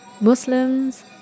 Muslims